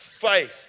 faith